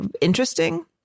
interesting